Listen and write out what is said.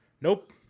Nope